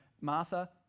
Martha